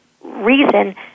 reason